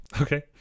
Okay